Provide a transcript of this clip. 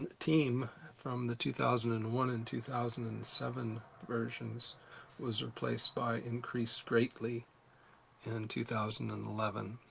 teem from the two thousand and one and two thousand and seven versions was replaced by increase greatly in two thousand and eleven.